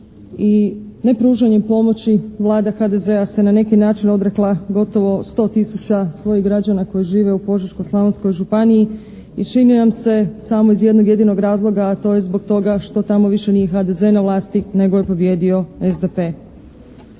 i nepružanjem pomoći Vlada HDZ-a se na neki način odrekla gotovo 100 tisuća svojih građana koji žive u Požeško-slavonskoj županiji i čini nam se samo iz jednog jedinog razloga, a to je zbog toga što tamo više nije HDZ na vlasti nego je pobijedio SDP.